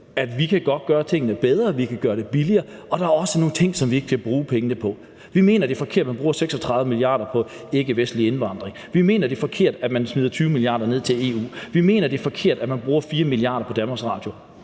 at vi godt kan gøre tingene bedre, at vi kan gøre det billigere, og at der også er nogle ting, vi ikke skal bruge penge på. Vi mener, det er forkert, at man bruger 36 mia. kr. på ikkevestlig indvandring. Vi mener, det er forkert, at man smider 20 mia. kr. ned til EU. Vi mener, det er forkert, at man bruger 4 mia. kr. på Danmarks Radio.